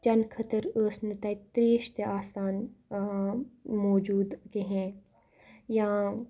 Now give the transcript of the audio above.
چَنہٕ خٲطٕر ٲس نہٕ تَتہِ تریش تہِ آسان موٗجوٗد کِہیٖنۍ یاں